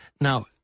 Now